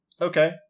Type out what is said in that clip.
Okay